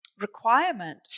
requirement